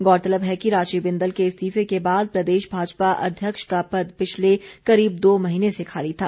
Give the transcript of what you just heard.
गौरतलब है कि राजीव बिंदल के इस्तीफे के बाद प्रदेश भाजपा अध्यक्ष का पद पिछले करीब दो महीने से खाली था